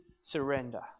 surrender